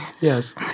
yes